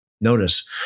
Notice